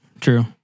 true